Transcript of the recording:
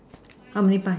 how many pie